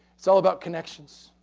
it's all about connections.